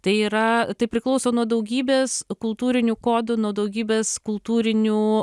tai yra tai priklauso nuo daugybės kultūrinių kodų nuo daugybės kultūrinių